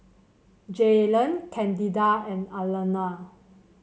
Jaylon Candida and Alanna